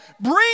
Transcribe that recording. Bring